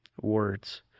words